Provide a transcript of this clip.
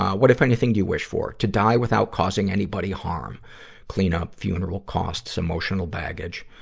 what, if anything, do you wish for? to die without causing anybody harm clean up, funeral costs, emotional baggage.